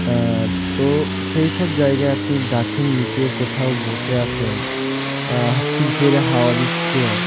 তো সেই সব জায়গায় আপনি গাছের নিচে কোথাও বসে আছেন ফিরফিরে হাওয়া দিচ্ছে